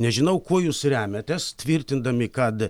nežinau kuo jūs remiatės tvirtindami kad